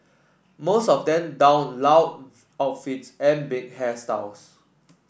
most of them donned loud outfits and big hairstyles